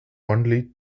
only